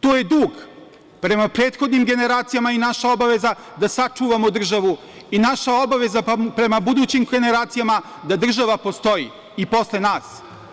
To je dug prema prethodnim generacijama i naša obaveza da sačuvamo državu i naša obaveza prema budućim generacijama da država postoji i posle nas.